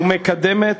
ומקדמת